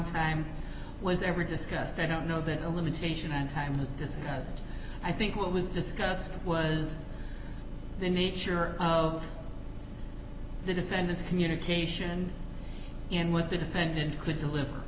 time was ever discussed i don't know that a limitation on time was discussed i think what was discussed was the nature of the defendant's communication and what the defendant could deliver